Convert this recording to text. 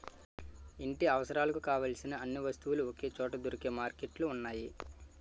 ఇంటి అవసరాలకు కావలసిన అన్ని వస్తువులు ఒకే చోట దొరికే మార్కెట్లు ఉన్నాయి